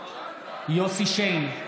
יוסף שיין,